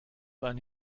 eine